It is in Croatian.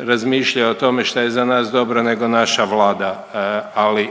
razmišlja o tome šta je za nas dobro nego naša Vlada ali,